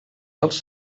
dels